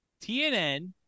TNN